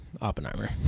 Oppenheimer